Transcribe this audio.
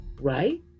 right